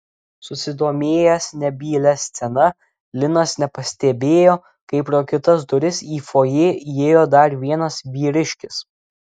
susidomėjęs nebylia scena linas nepastebėjo kaip pro kitas duris į fojė įėjo dar vienas vyriškis